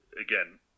again